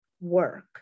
work